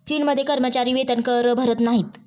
चीनमध्ये कर्मचारी वेतनकर भरत नाहीत